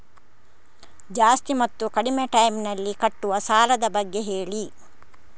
ಜಾಸ್ತಿ ಮತ್ತು ಕಡಿಮೆ ಟೈಮ್ ನಲ್ಲಿ ಕಟ್ಟುವ ಸಾಲದ ಬಗ್ಗೆ ಹೇಳಿ